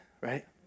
right